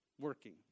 working